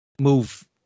move